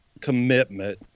commitment